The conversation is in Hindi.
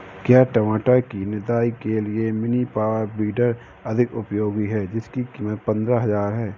क्या टमाटर की निदाई के लिए मिनी पावर वीडर अधिक उपयोगी है जिसकी कीमत पंद्रह हजार है?